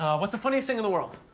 what's the funniest thing in the world?